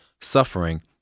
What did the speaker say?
suffering